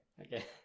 Okay